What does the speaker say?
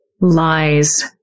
lies